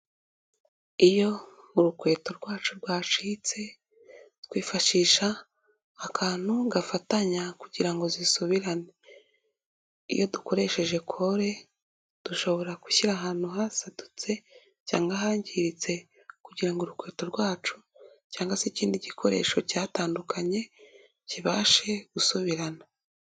Iyo urukweto rwacu rwacitse twifashisha akantu gafatanya kugira ngo zisubirane. Iyo dukoresheje kole dushobora gushyira ahantu hasadutse cyangwa hangiritse kugira ngo urukweto rwacu cyangwa se ikindi gikoresho cyatandukanye kibashe gusubirana.